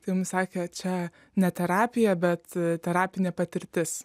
jums sakė čia ne terapija bet terapinė patirtis